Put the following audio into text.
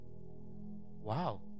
Wow